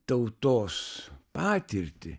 tautos patirtį